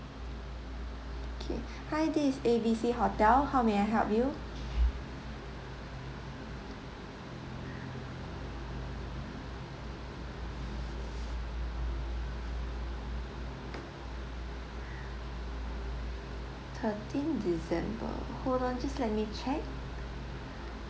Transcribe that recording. okay this A B C hotel how may I help you thirteen december hold on just let me check